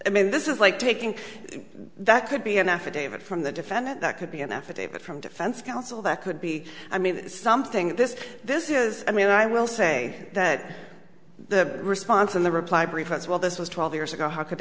i mean this is like taking that could be an affidavit from the defendant that could be an affidavit from defense counsel that could be i mean something this this is i mean i will say that the response in the reply brief as well this was twelve years ago how could